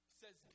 says